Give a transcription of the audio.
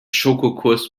schokokuss